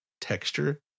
texture